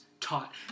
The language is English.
taught